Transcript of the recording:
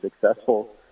successful